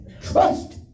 Trust